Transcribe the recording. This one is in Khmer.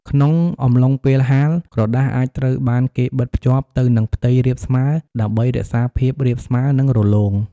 ក្នុងអំឡុងពេលហាល ក្រដាសអាចត្រូវបានគេបិទភ្ជាប់ទៅនឹងផ្ទៃរាបស្មើដើម្បីរក្សាភាពរាបស្មើ និងរលោង។